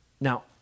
Now